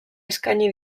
eskaini